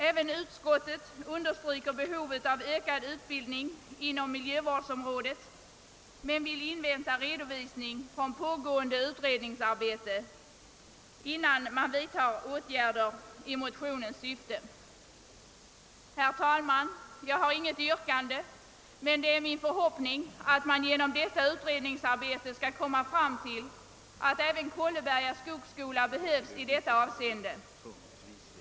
Även utskottet understryker behovet av ökad utbildning inom miljövårdsområdet men vill invänta redovisning från pågående utredningsarbete, innan man vidtar åtgärder i motionens syfte. Det är min förhoppning att man genom detta utredningsarbete skall komma fram till att även Kolleberga skogsskola behövs i detta avsende.